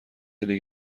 لیگ